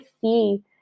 see